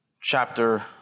chapter